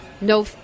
no